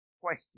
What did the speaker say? question